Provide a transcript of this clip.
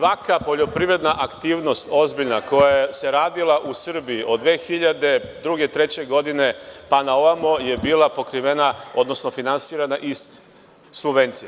Svaka poljoprivredna aktivnosti, ozbiljna, koja se radila u Srbiji od 2002, 2003. godine, pa na ovamo, je bila pokrivena, odnosno finansirana iz subvencija.